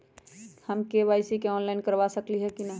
हम KYC online करवा सकली ह कि न?